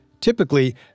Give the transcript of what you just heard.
Typically